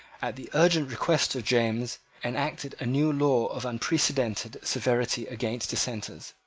at the urgent request of james, enacted a new law of unprecedented severity against dissenters.